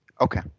Okay